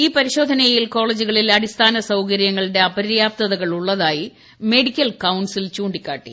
ഈപരിശോധനയിൽ കോളേജുകളിൽ അടിസ്ഥാന സൌകര്യങ്ങളുടെ അപര്യാപ്തതകൾ ഉള്ളതായി മെഡിക്കൽ കൌൺസിൽ ചൂണ്ടിക്കാട്ടി